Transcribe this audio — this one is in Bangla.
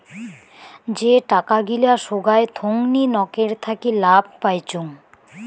যে টাকা গিলা সোগায় থোঙনি নকের থাকি লাভ পাইচুঙ